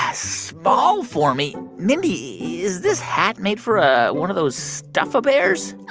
small for me. mindy, is this hat made for ah one of those stuff-a-bears?